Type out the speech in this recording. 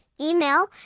email